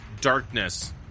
darkness